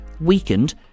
weakened